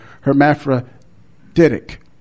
hermaphroditic